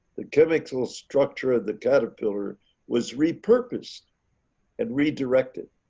the chemical structure of the caterpillar was repurposed and redirected